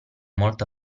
molta